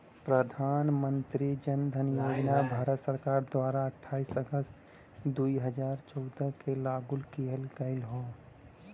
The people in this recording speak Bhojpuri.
प्रधान मंत्री जन धन योजना भारत सरकार द्वारा अठाईस अगस्त दुई हजार चौदह के लागू किहल गयल हौ